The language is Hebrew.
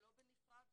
ולא בנפרד,